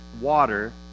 water